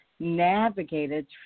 navigated